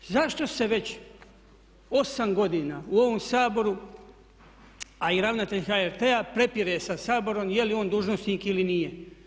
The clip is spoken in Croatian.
Zašto se već 8 godina u ovom Saboru, a i ravnatelj HRT-a prepire sa Saborom je li on dužnosnik ili nije.